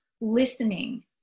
listening